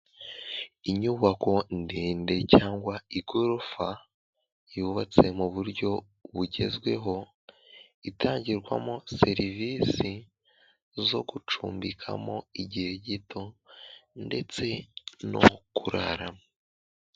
Inyubako ndende cyangwa igorofa, yubatse mu buryo bugezweho, itangirwamo serivisi zo gucumbikamo igihe gito ndetse no kuraramo.